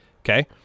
Okay